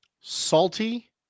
Salty